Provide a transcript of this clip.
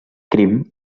crim